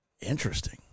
Interesting